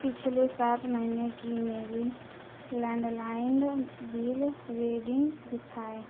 पिछले सात महीने की मेरी लैंडनाइन्ड बिल रीडिंग दिखायें